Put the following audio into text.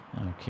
Okay